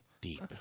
deep